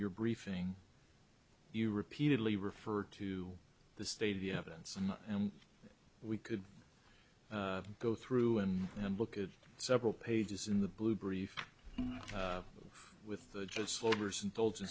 your briefing you repeatedly referred to the state of the evidence and we could go through him and look at several pages in the blue brief with the